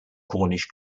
cornish